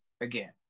again